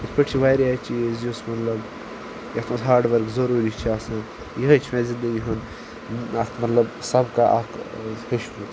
یِتھ پٲٹھۍ چھِ واریاہ چیٖز یُس مطلب یَتھ منٛز ہاڈؤرٕک ضٔروٗری چھِ آسان یِہٕے چھِ مےٚ زندگی ہُنٛد اَکھ مطلب سبقہ اَکھ ہیوٚچھمُت